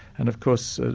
and of course,